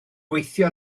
gweithio